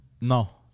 No